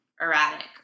erratic